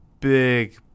big